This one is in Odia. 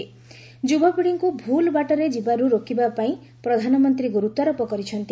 ତରୁଣମାନଙ୍କୁ ଭୁଲ ବାଟରେ ଯିବାରୁ ରୋକିବା ପାଇଁ ପ୍ରଧାନମନ୍ତ୍ରୀ ଗୁରୁତ୍ୱାରୋପ କରିଛନ୍ତି